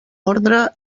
ordre